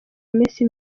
iminsi